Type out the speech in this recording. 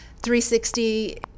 360